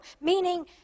meaning